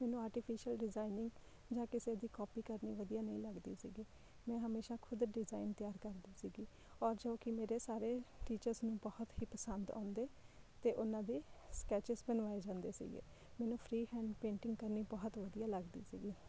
ਮੈਨੂੰ artificial designing ਜਾਂ ਕਿਸੇ ਦੀ ਕੋਪੀ ਕਰਨੀ ਵਧੀਆ ਨਹੀਂ ਲੱਗਦੀ ਸੀਗੀ ਮੈਂ ਹਮੇਸ਼ਾ ਖੁਦ ਡਿਜ਼ਾਈਨ ਤਿਆਰ ਕਰਦੀ ਸੀਗੀ ਔਰ ਜੋ ਕਿ ਮੇਰੇ ਸਾਰੇ ਟੀਚਰਸ ਨੂੰ ਬਹੁਤ ਹੀ ਪਸੰਦ ਆਉਂਦੇ ਅਤੇ ਉਹਨਾਂ ਦੇ ਸਕੈਚਿਸ ਬਣਵਾਏ ਜਾਂਦੇ ਸੀਗੇ ਮੈਨੂੰ ਫਰੀ ਹੈਂਡ ਪੇਂਟਿੰਗ ਕਰਨੀ ਬਹੁਤ ਵਧੀਆ ਲੱਗਦੀ ਸੀਗੀ